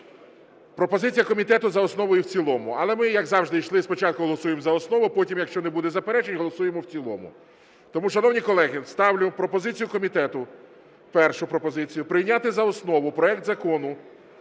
Пропозиція комітету - за основу і в цілому, але ми, як завжди йшли, спочатку голосуємо за основу, а потім, якщо не буде заперечень, голосуємо в цілому. Тому, шановні колеги, ставлю пропозицію комітету, першу пропозицію: прийняти з основу проект Закону